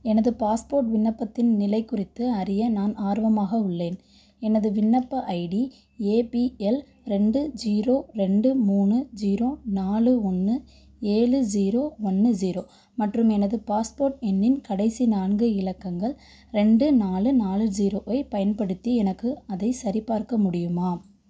எனது பாஸ்போர்ட் விண்ணப்பத்தின் நிலை குறித்து அறிய நான் ஆர்வமாக உள்ளேன் எனது விண்ணப்ப ஐடி ஏ பி எல் ரெண்டு ஜீரோ ரெண்டு மூணு ஜீரோ நாலு ஒன்று ஏழு ஜீரோ ஒன்று ஜீரோ மற்றும் எனது பாஸ்போர்ட் எண்ணின் கடைசி நான்கு இலக்கங்கள் ரெண்டு நாலு நாலு ஜீரோவைப் பயன்படுத்தி எனக்கு அதை சரிபார்க்க முடியுமா